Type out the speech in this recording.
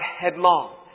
headlong